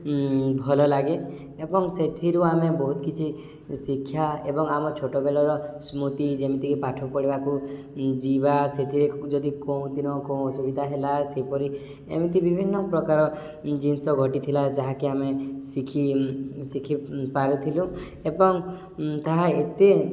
ଭଲଲାଗେ ଏବଂ ସେଥିରୁ ଆମେ ବହୁତ କିଛି ଶିକ୍ଷା ଏବଂ ଆମ ଛୋଟ ବେଳର ସ୍ମୃତି ଯେମିତିକି ପାଠ ପଢ଼ିବାକୁ ଯିବା ସେଥିରେ ଯଦି କେଉଁଦିନ କେଉଁ ଅସୁବିଧା ହେଲା ସେପରି ଏମିତି ବିଭିନ୍ନ ପ୍ରକାର ଜିନିଷ ଘଟିଥିଲା ଯାହାକି ଆମେ ଶିଖି ଶିଖି ପାରୁଥିଲୁ ଏବଂ ତାହା ଏତେ